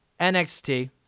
NXT